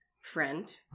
friend